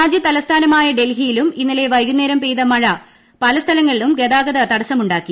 രാജ്യ തലസ്ഥാനമായ ഡൽഹിയിലും ഇന്നലെ വൈകുന്നേരം പെയ്ത മഴ പല സ്ഥലങ്ങളിലും ഗതാഗത തടസ്സമുണ്ട്ടാക്കി